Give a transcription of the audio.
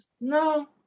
no